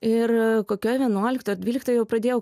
ir kokioj vienuoliktoj ar dvyliktoj jau pradėjau